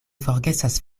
forgesas